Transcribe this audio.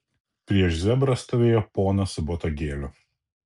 prieš zebrą stovėjo ponas su botagėliu